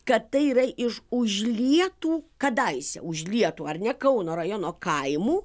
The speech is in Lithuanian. kad tai yra iš užlietų kadaise užlietų ar ne kauno rajono kaimų